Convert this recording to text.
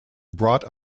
brought